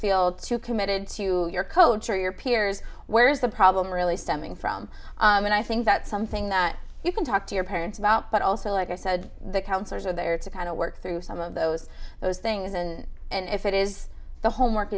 feel too committed to your coach or your peers where is the problem really stemming from and i think that's something that you can talk to your parents about but also like i said the counselors are there to kind of work through some of those those things and if it is the homework